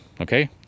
okay